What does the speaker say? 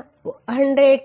131